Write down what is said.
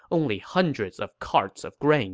only hundreds of carts of grain